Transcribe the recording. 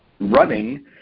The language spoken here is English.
running